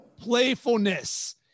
playfulness